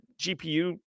GPU